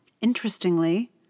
Interestingly